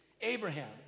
Abraham